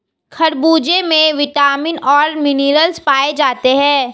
खरबूजे में विटामिन और मिनरल्स पाए जाते हैं